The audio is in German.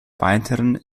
weiteren